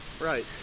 Right